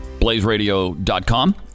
blazeradio.com